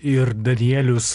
ir danielius